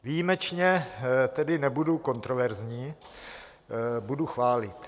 Výjimečně nebudu kontroverzní, budu chválit.